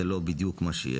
זה לא בדיוק מה שיהיה.